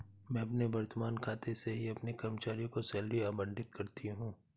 मैं अपने वर्तमान खाते से ही अपने कर्मचारियों को सैलरी आबंटित करती हूँ